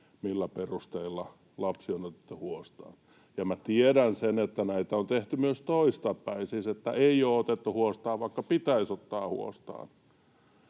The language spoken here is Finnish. millä perusteilla lapsi on otettu huostaan. Minä tiedän sen, että näitä on tehty myös toistepäin niin, että ei ole otettu huostaan, vaikka pitäisi ottaa huostaan.